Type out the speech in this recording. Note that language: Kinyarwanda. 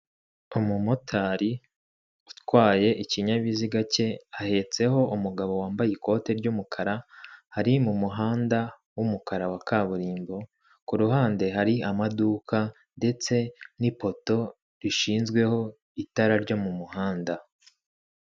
Umumotari utwaye ikinyabiziga cye ahetseho umugabo wambaye ikote ry'umukara ari mu muhanda w'umukara wa kaburimbo, kuruhande hari amaduka ndetse n'ipoto rishinzweho itara ryo mu muhanda.